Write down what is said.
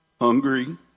hungry